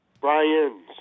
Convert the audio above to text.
Brian's